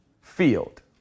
field